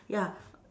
ya